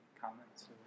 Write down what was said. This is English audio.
comments